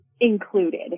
included